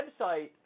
website